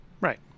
Right